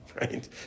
right